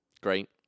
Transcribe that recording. Great